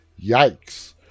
Yikes